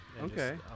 Okay